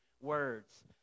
words